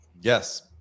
yes